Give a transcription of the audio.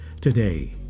today